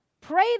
pray